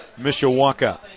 Mishawaka